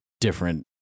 different